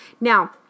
Now